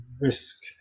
risk